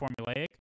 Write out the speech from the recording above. formulaic